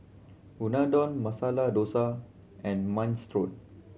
Unadon Masala Dosa and Minestrone